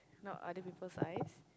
not other people's eyes